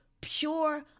pure